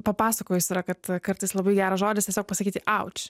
papasakojus yra kad kartais labai geras žodis tiesiog pasakyti auč